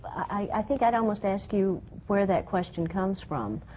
i think i'd almost ask you where that question comes from,